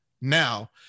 Now